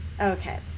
Okay